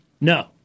No